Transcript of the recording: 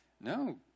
No